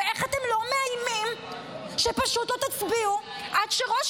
איך אתם לא מאיימים שפשוט לא תצביעו עד שראש